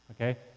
okay